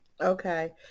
Okay